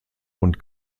und